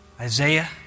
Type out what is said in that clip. Isaiah